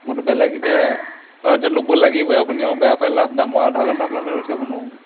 মইতো বেলেগ এতিয়া এতিয়া ল'ব লাগিবই আপুনি আৰু বেয়া পাই লাভ নাই মই আধা ঘণ্টা আপোনালে ৰৈ থাকিব নোৱাৰোঁ